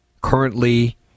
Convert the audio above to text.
currently